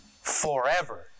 forever